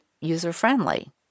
user-friendly